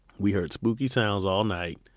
we heard spooky sounds all night.